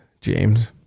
James